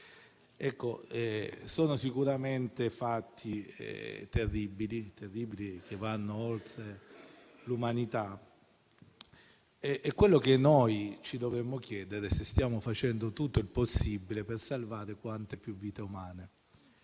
Sono sicuramente fatti terribili, che vanno oltre l'umanità. Quello che ci dovremmo chiedere è se stiamo facendo tutto il possibile per salvare quante più vite umane